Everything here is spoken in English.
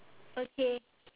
okay